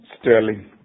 sterling